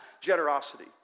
generosity